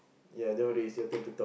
ya nowadays your turn to talk